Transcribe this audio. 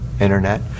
Internet